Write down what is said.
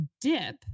dip